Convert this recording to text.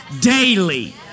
daily